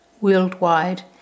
worldwide